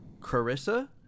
Carissa